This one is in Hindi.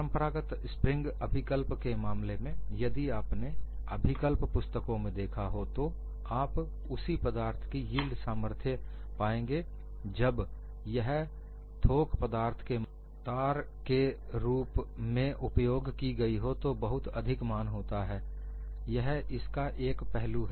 परंपरागत स्प्रिंग अभिकल्प के मामले में यदि आपने अभिकल्प पुस्तकों में देखा हो तो आप उसी पदार्थ की यील्ड़ सामर्थ्य पाएंगे जब यह थोक पदार्थ के मुकाबले तार के रूप में उपयोग की गई हो तो बहुत अधिक मान होता है यह इसका एक पहलू है